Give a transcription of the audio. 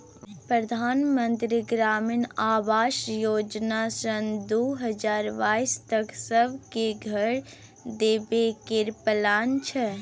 परधान मन्त्री ग्रामीण आबास योजना सँ दु हजार बाइस तक सब केँ घर देबे केर प्लान छै